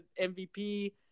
MVP